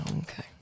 okay